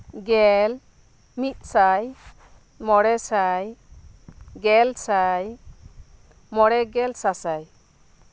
ᱜᱮᱞ ᱢᱤᱫ ᱥᱟᱭ ᱢᱚᱬᱮᱥᱟᱭ ᱜᱮᱞᱥᱟᱭ ᱢᱚᱬᱮᱜᱮᱞ ᱥᱟᱥᱟᱭ